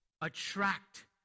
Attract